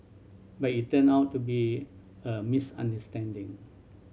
but it turned out to be a misunderstanding